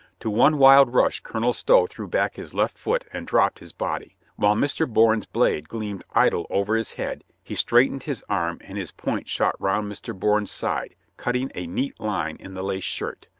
to one wild rush colonel stow threw back his left foot and dropped his body. while mr. bourne's blade gleamed idle over his head, he straightened his arm and his point shot round mr. bourne's side, cutting a neat line in the lace shirt.